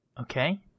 Okay